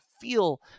feel